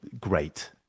great